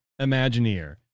imagineer